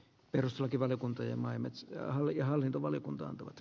peruslakivaliokunta ja maimets ja oli hallintovaliokunta antavat